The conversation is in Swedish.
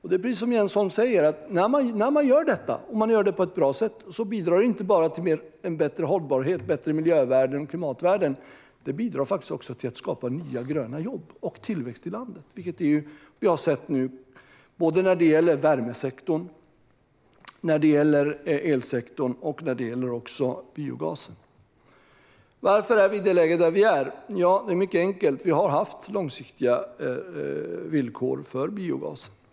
Precis som Jens Holm säger, när man gör detta på ett bra sätt bidrar det inte bara till bättre hållbarhet och bättre miljö och klimatvärden utan också till att skapa nya gröna jobb och tillväxt i landet, vilket vi ser i värmesektorn och elsektorn och även när det gäller biogasen. Varför är vi i det läge vi är? Det är mycket enkelt. Vi har haft långsiktiga villkor för biogas.